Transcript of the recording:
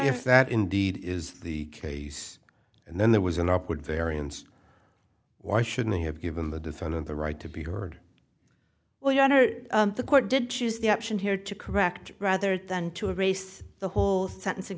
if that indeed is the case and then there was an upward variance why shouldn't he have given the defendant the right to be heard well your honor the court did choose the option here to correct rather than to erase the whole sentencing